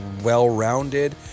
well-rounded